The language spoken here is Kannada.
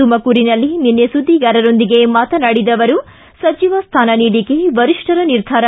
ತುಮಕೂರಿನಲ್ಲಿ ನಿನ್ನೆ ಸುದ್ದಿಗಾರರೊಂದಿಗೆ ಮಾತನಾಡಿದ ಅವರು ಸಚಿವ ಸ್ಟಾನ ನೀಡಿಕೆ ವರಿಷ್ಠರ ನಿರ್ಧಾರ